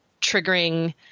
triggering